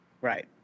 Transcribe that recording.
Right